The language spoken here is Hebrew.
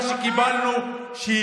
תן לנו החלטה אחת.